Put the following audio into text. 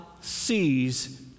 sees